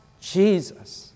Jesus